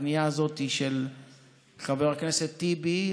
הפנייה הזאת היא של חבר הכנסת טיבי,